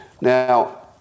Now